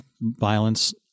violence